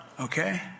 okay